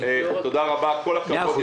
כל הכבוד,